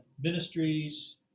ministries